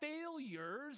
failures